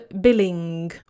Billing